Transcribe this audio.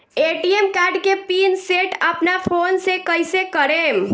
ATM card के pin set अपना phone से कइसे करेम?